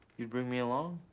you'd bring me along?